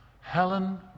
Helen